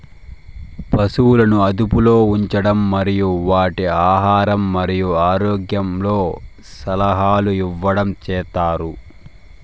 పసువులను అదుపులో ఉంచడం మరియు వాటి ఆహారం మరియు ఆరోగ్యంలో సలహాలు ఇవ్వడం చేత్తారు